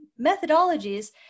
methodologies